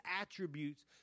attributes